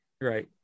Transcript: right